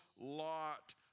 lot